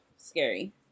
scary